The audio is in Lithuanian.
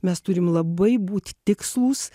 mes turim labai būt tikslūs